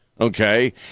okay